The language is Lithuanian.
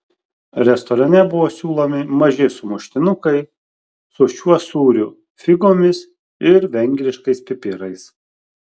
restorane buvo siūlomi maži sumuštinukai su šiuo sūriu figomis ir vengriškais pipirais